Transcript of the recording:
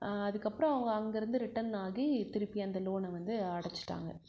அதுக்கப்புறம் அவங்க அங்கிருந்து ரிட்டனாகி திருப்பி அந்த லோனை வந்து அடைச்சிட்டாங்க